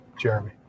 Jeremy